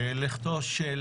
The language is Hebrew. לכתו של